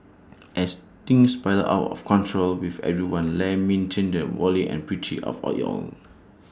as things spiral out of control with everyone lamenting the folly and pity of all IT own